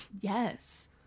Yes